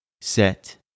set